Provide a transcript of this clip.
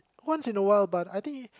once in a while but I think